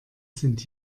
sind